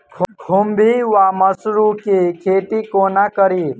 खुम्भी वा मसरू केँ खेती कोना कड़ी?